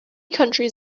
countries